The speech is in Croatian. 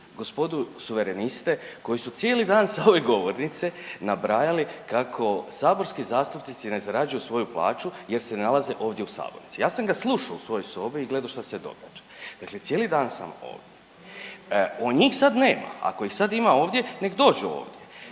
gospodu suvereniste koji su cijeli dana sa ove govornice nabrajali kako saborski zastupnici ne zarađuju svoju plaću, jer se ne nalaze ovdje u sabornici. Ja sam ga slušao u svojoj sobi i gledao što se događa. Dakle, cijeli dan sam ovdje. Njih sad nema, a ako ih sad ima ovdje nek' dođu ovdje.